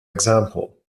example